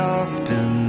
often